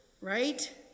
right